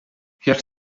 had